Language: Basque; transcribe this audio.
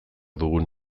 dugun